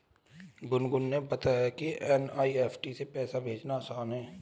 गुनगुन ने बताया कि एन.ई.एफ़.टी से पैसा भेजना आसान है